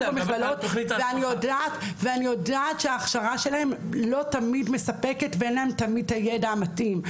ואני יודעת שההכשרה שלהם לא תמיד מספקת ואין להם תמיד את הידע המתאים,